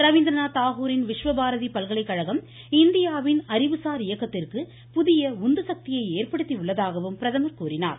ரவீந்திரநாத் தாகூரின் விஸ்வபாரதி பல்கலைக்கழகம் இந்தியாவின் அறிவுசார் இயக்கத்திற்கு புதிய உந்துசக்தியை ஏற்படுத்தி உள்ளதாகவும் அவர் கூறினார்